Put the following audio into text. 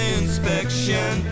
inspection